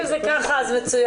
אם זה ככה אז מצוין.